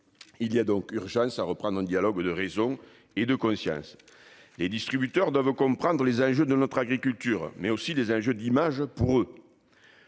Il y a donc urgence à reprendre un dialogue de raison et de conscience. Les distributeurs doivent comprendre les enjeux pour notre agriculture, mais aussi les enjeux d'image pour